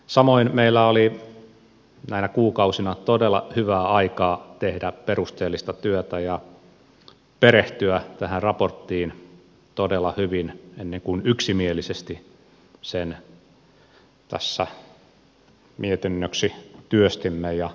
samoin meillä oli näinä kuukausina todella hyvää aikaa tehdä perusteellista työtä ja perehtyä tähän raporttiin todella hyvin ennen kuin yksimielisesti sen tässä mietinnöksi työstimme ja julkaisimme